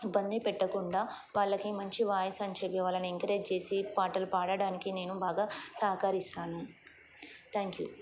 ఇబ్బంది పెట్టకుండా వాళ్ళకి మంచి వాయిస్ అని చెప్పి వాళ్ళని ఎంకరేజ్ చేసి పాటలు పాడడానికి నేను బాగా సహకరిస్తాను థ్యాంక్యూ